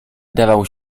dawał